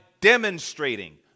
demonstrating